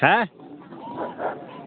হ্যাঁ